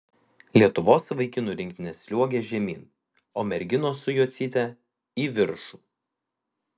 lietuvos vaikinų rinktinės sliuogia žemyn o merginos su jocyte į viršų